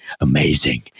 amazing